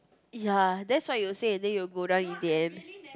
ya that's what you say then you go down in the end